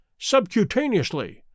subcutaneously